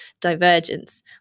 divergence